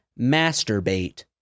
masturbate